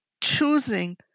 choosing